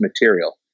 material